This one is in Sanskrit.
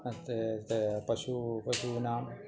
ते ते पशू पशूनाम्